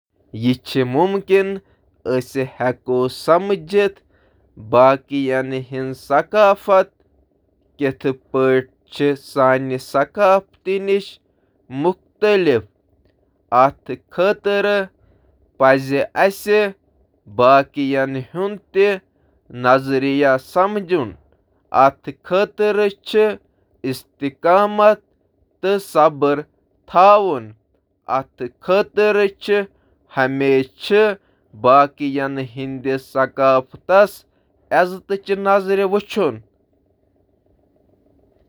آ، پننہٕ پننہٕ ثقافت کھوتہٕ مختلف سمجھن چُھ ممکن، تہٕ یہٕ کرنک چِھ واریاہ طریقہٕ: مختلف ثقافتن سمجھنہٕ سۭتۍ ہیٛکہٕ تۄہہ زیادٕ ہمدردی تہٕ کھلہٕ ذہن بننس منٛز مدد مِلتھ۔ یہٕ ہیکہٕ تۄہہِ یہٕ سمجھنس منٛز تہٕ مدد کٔرتھ زِ باقی ثقافتن ہنٛد لوک کیا چِھ قدر کران، تم کِتھ پأنٹھ چِھ سوچان، تہٕ تم کیازٕ چِھ مخصوص طریقن سۭتۍ کأم کران۔